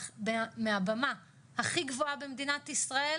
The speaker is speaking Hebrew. מהבמה הכי גבוהה במדינת ישראל